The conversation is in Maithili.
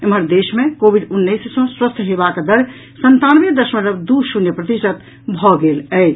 एम्हर देश मे कोविड उन्नैस सँ स्वस्थ हेबाक दर संतानवे दशमलव दू शुन्य प्रतिशत भऽ गेल अछि